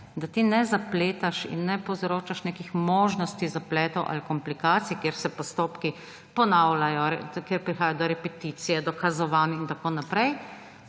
da ti ne zapletaš in ne povzročaš nekih možnosti zapletov ali komplikacij, kjer se postopki ponavljajo, kjer prihaja do repeticije, dokazovanj in tako naprej.